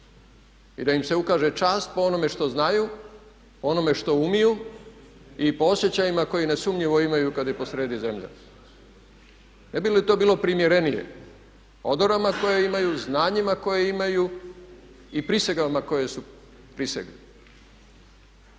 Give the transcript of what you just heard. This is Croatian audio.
i da im se ukaže čast po onome što znaju, po onome što umiju i po osjećajima koje nesumnjivo imaju kada je posrijedi zemlja. Ne bi li to bilo primjerenije odorama koje imaju, znanjima koje imaju i prisegama koje su prisegli.